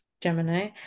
Gemini